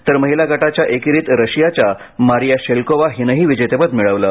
तर महीला गटाच्या एकेरीत रशियाच्या मारीया शेल्कोवा हिनंही विजेतेपद मिळवलं